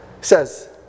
says